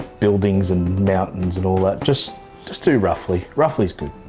buildings and mountains and all that. just just do roughly roughly's good.